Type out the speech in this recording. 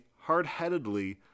hard-headedly